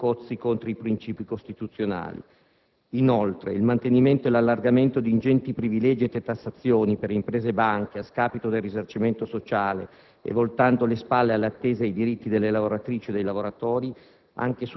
credo cozzi contro i princìpi costituzionali. Inoltre, vi è la mia totale opposizione sul mantenimento ed allargamento di ingenti privilegi e detassazioni per imprese e banche, a scapito del risarcimento sociale e voltando le spalle alle attese ed ai diritti delle lavoratrici e dei lavoratori.